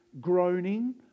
Groaning